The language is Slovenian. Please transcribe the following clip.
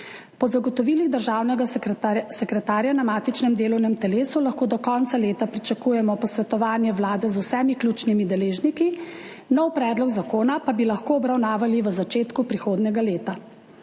Po zagotovilih državnega sekretarja na matičnem delovnem telesu lahko do konca leta pričakujemo posvetovanje Vlade z vsemi ključnimi deležniki, nov predlog zakona pa bi lahko obravnavali v začetku prihodnjega leta.